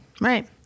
Right